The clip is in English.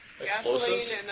Explosives